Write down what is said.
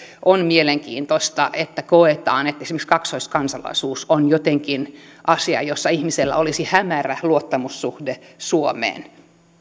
on mielenkiintoista että koetaan että esimerkiksi kaksoiskansalaisuus on jotenkin asia jossa ihmisellä olisi hämärä luottamussuhde suomeen